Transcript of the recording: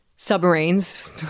submarines